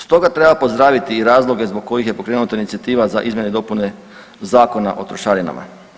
Stoga, treba pozdraviti i razloge zbog koji je pokrenuta inicijativa za izmjene i dopune Zakona o trošarinama.